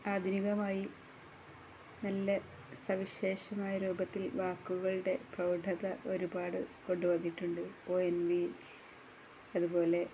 ആധുനികമായി നല്ല സവിശേഷമായ രൂപത്തിൽ വാക്കുകളുടെ പ്രൗഢത ഒരുപാട് കൊണ്ടുവന്നിട്ടുണ്ട് ഒ എൻ വി അതുപോലെ